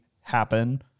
happen